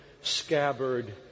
scabbard